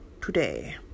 today